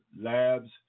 labs